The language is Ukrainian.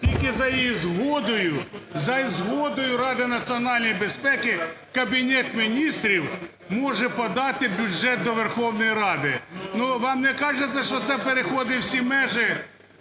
згодою, за згодою Ради національної безпеки Кабінет Міністрів може подати бюджет до Верховної Ради. Ну вам не кажеться, що це переходить всі межі